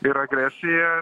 ir agresija